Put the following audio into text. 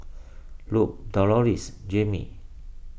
Lupe Doloris Jaime